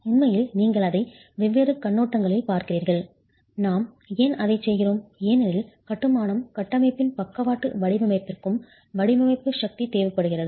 உண்மையில் நீங்கள் அதை வெவ்வேறு கண்ணோட்டங்களில் பார்க்கிறீர்கள் நாம் ஏன் அதைச் செய்கிறோம் ஏனெனில் கட்டுமானம் கட்டமைப்பின் பக்கவாட்டு லேட்ரல் வடிவமைப்பிற்கும் வடிவமைப்பு சக்தி தேவைப்படுகிறது